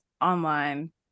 online